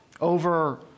over